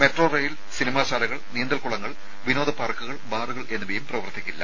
metro rail cinema ശാലകൾ നീന്തൽ കുളങ്ങൾ വിനോദ പാർക്കുകൾ ബാറുകൾ എന്നിവയും പ്രവർത്തിക്കില്ല